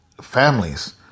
families